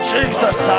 Jesus